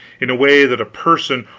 in a way that a person,